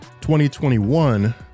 2021